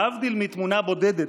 להבדיל מתמונה בודדת,